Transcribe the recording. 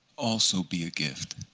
also be a gift?